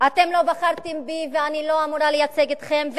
אתם לא בחרתם בי ואני לא אמורה לייצג אתכם,